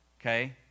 okay